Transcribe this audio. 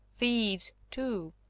thieves! too.